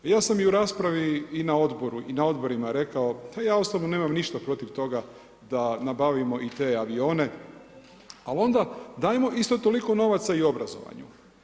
Ja sam i u raspravi i na odborima rekao, pa ja osobno nemam ništa protiv toga da nabavio i te avione, ali onda, dajemo isto toliko novaca i obrazovanja.